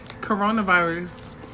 coronavirus